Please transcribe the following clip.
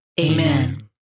Amen